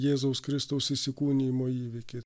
jėzaus kristaus įsikūnijimo įvykį